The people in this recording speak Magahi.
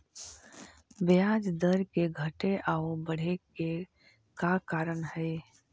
ब्याज दर के घटे आउ बढ़े के का कारण हई?